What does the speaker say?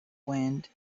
wind